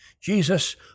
Jesus